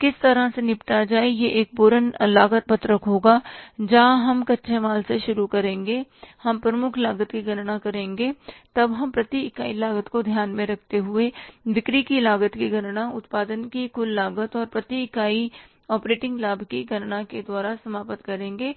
किस तरह से निपटा जाए यह एक पूर्ण लागत पत्रक होगा जहाँ हम कच्चे माल से शुरू करेंगे हम प्रमुख लागत की गणना करेंगे तब हम प्रति इकाई लागत को ध्यान में रखते हुए बिक्री की लागत की गणना उत्पादन की कुल लागत और प्रति इकाई ऑपरेटिंग लाभ की गणना के द्वारा समाप्त करेंगे